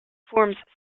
forms